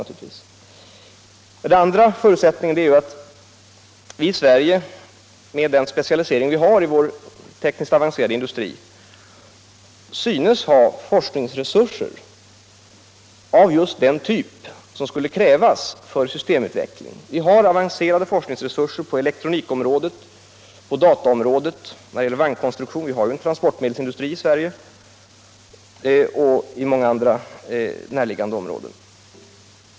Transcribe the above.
För det andra har vi här i Sverige, med den specialisering som finns i vår tekniskt avancerade industri, forskningsresurser av just den typ som krävs för systemutveckling. Vi har avancerade forskningsresurser på elektronikoch dataområdena och när det gäller vagnskonstruktion — vi har ju en transportmedelsindustri här i landet — och på vissa andra näraliggande områden.